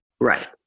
right